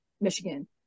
Michigan